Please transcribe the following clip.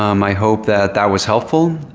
um i hope that that was helpful.